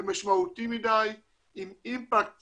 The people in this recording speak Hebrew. ומשמעותי מדי עם אימפקט